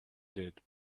did